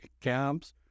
camps